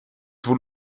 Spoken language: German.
wohl